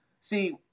see